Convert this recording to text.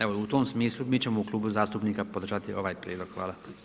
Evo u tom smislu mi ćemo u klubu zastupnika podržati ovaj prijedlog, hvala.